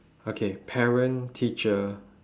okay parent teacher